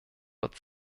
wird